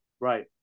Right